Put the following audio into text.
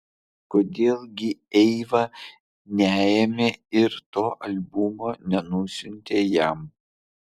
kodėl gi eiva neėmė ir to albumo nenusiuntė jam